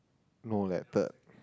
no leh the